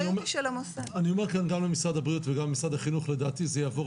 אני אומר גם למשרד הבריאות וגם למשרד החינוך שלדעתי זה יעבור